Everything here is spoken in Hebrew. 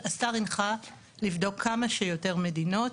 השר הנחה לבדוק כמה שיותר מדינות.